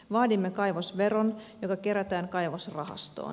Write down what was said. vaadimme kaivosveron joka kerätään kaivosrahastoon